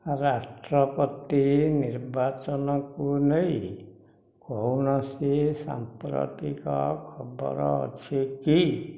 ରାଷ୍ଟ୍ରପତି ନିର୍ବାଚନକୁ ନେଇ କୌଣସି ସାମ୍ପ୍ରତିକ ଖବର ଅଛି କି